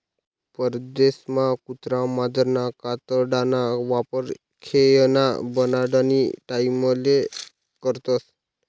परदेसमा कुत्रा मांजरना कातडाना वापर खेयना बनाडानी टाईमले करतस